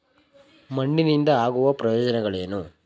ಮಣ್ಣಿನಿಂದ ಆಗುವ ಪ್ರಯೋಜನಗಳೇನು?